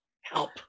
Help